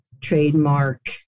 trademark